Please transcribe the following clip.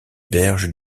berges